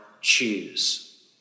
choose